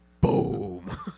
Boom